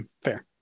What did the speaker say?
fair